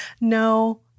No